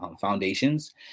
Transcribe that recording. foundations